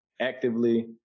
actively